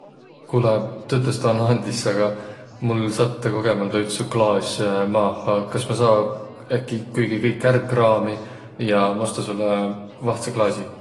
Kuulõq, tõtõstõ annaq andis, aga mul sattõ kogõmaldaq üts su klaas maaha! Aga kas ma saa äkki kuiki kõik ärq kraamiq? Ja ma osta sullõ vahtsõ klaasi.